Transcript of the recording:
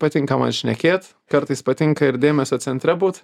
patinka man šnekėt kartais patinka ir dėmesio centre būt